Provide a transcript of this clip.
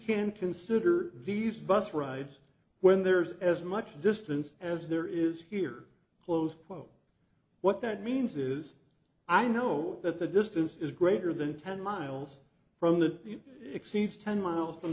can consider these bus rides when there's as much distance as there is here close quote what that means is i know that the distance is greater than ten miles from that exceeds ten miles from